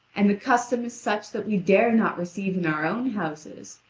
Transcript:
and the custom is such that we dare not receive in our own houses,